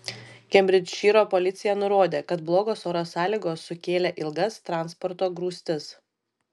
kembridžšyro policija nurodė kad blogos oro sąlygos sukėlė ilgas transporto grūstis